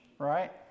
right